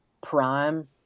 prime